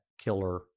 killer